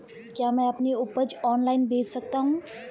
क्या मैं अपनी उपज ऑनलाइन बेच सकता हूँ?